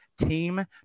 team